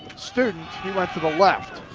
student, he went to the left.